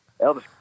Elvis